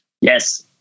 Yes